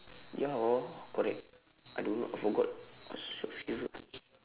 ya hor correct I don't know I forgot what's your favourite